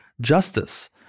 justice